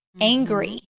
angry